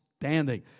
standing